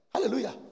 Hallelujah